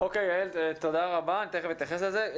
תודה רבה, אני מיד אתייחס לזה.